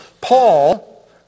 Paul